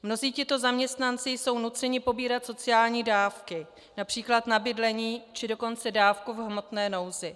Mnozí tito zaměstnanci jsou nuceni pobírat sociální dávky například na bydlení, či dokonce dávku v hmotné nouzi.